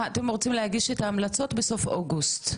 אתם רוצים להגיש את ההמלצות בסוף אוגוסט?